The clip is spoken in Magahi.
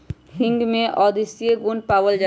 हींग में औषधीय गुण पावल जाहई